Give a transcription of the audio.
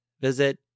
visit